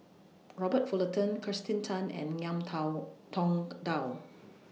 Robert Fullerton Kirsten Tan and Ngiam Tao Tong Dow